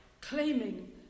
claiming